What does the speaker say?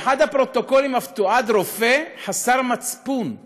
באחד הפרוטוקולים אף תועד רופא חסר מצפון באמירתו: